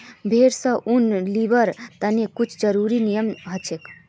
भेड़ स ऊन लीबिर तने कुछू ज़रुरी नियम हछेक